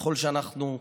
ככל שאנחנו,